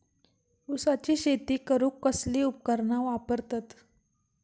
ऊसाची शेती करूक कसली उपकरणा वापरतत?